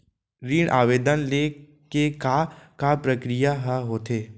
ऋण आवेदन ले के का का प्रक्रिया ह होथे?